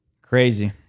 crazy